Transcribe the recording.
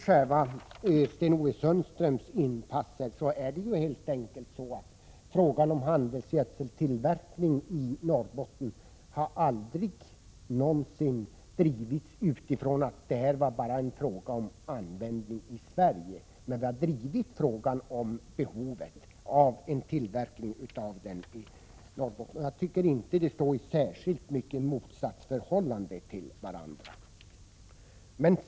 Sten-Ove Sundström gjorde ett inpass om handelsgödseltillverkning i Norrbotten, men den frågan har aldrig någonsin drivits från utgångspunkten att det bara gällde användning i Sverige. Däremot har frågan om behovet av en sådan tillverkning i Norrbotten drivits. Det råder inte något motsatsförhållande därvidlag.